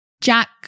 Jack